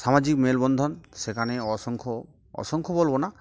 সামাজিক মেলবন্ধন সেখানে অসংখ্য অসংখ্য বলবো না